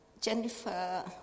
Jennifer